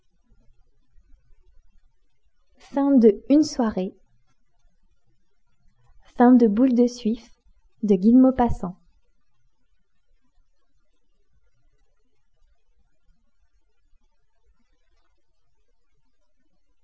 une bordée de